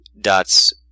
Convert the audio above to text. dots